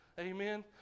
amen